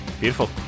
Beautiful